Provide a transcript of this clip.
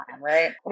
right